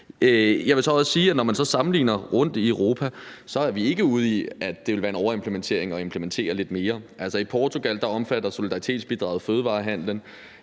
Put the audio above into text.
når man sammenligner rundt i Europa, er vi ikke ude i, at det vil være en overimplementering at implementere lidt mere. Altså, i Portugal omfatter solidaritetsbidraget fødevarehandelen.